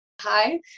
Hi